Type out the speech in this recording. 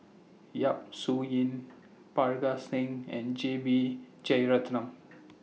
Yap Su Yin Parga Singh and J B Jeyaretnam